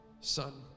Son